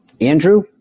Andrew